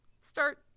start